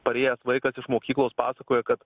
parėjęs vaikas iš mokyklos pasakoja kad